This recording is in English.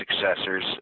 successors